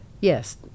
Yes